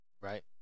Right